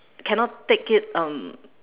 cannot take it um